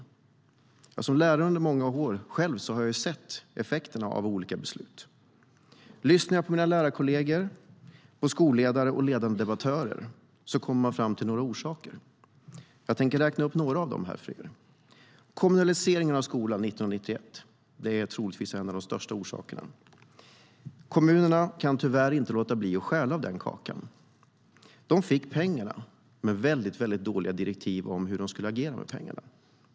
Jag har själv varit lärare under många år och sett effekterna av olika beslut. Lyssnar jag på mina lärarkolleger, skolledare och ledande debattörer kommer jag fram till några orsaker. Jag tänker räkna upp några av dem. Kommunaliseringen av skolan 1991 är troligtvis en av de största orsakerna. Kommunerna kan tyvärr inte låta bli att stjäla av kakan. De fick pengar men dåliga direktiv för hur de skulle agera med pengarna.